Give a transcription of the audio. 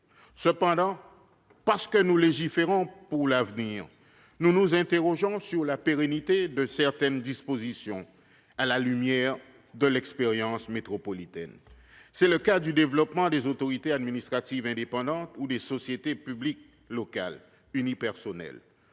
Cependant, parce que nous légiférons pour l'avenir, nous nous interrogeons sur la pérennité de certaines dispositions, à la lumière de l'expérience métropolitaine. C'est le cas pour ce qui concerne le développement des autorités administratives indépendantes ou des sociétés publiques locales unipersonnelles.